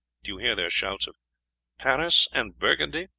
do you hear their shouts of paris and burgundy?